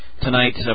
tonight